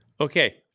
Okay